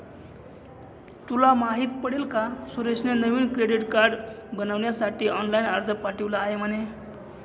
तुला माहित पडल का सुरेशने नवीन क्रेडीट कार्ड बनविण्यासाठी ऑनलाइन अर्ज पाठविला आहे म्हणे